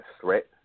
threat